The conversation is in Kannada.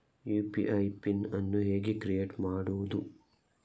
ಯು.ಪಿ.ಐ ಪಿನ್ ಅನ್ನು ಹೇಗೆ ಕ್ರಿಯೇಟ್ ಮಾಡುದು?